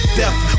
death